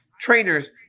trainers